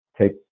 take